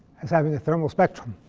as having a thermal spectrum.